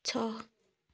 छ